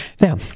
now